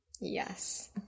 yes